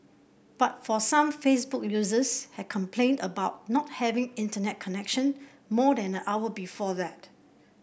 but for some Facebook users had complained about not having Internet connection more than a hour before that